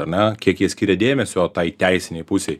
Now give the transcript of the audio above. ar ne kiek jie skiria dėmesio tai teisinei pusei